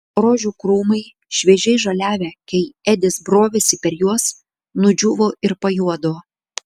rožių krūmai šviežiai žaliavę kai edis brovėsi per juos nudžiūvo ir pajuodo